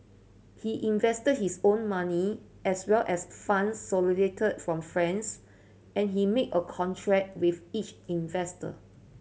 he invested his own money as well as funds solicited from friends and he made a contract with each investor